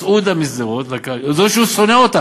מסעודה משדרות, זו שהוא שונא.